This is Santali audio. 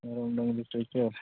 ᱚ ᱰᱟᱹᱝᱨᱤ ᱯᱟᱹᱭᱠᱟᱹᱨ